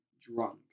drunk